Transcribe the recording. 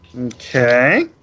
Okay